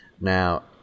Now